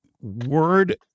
word